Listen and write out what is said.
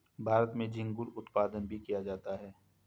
भारत में झींगुर उत्पादन भी किया जाता है